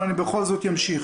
אבל אני בכל זאת אמשיך.